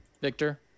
victor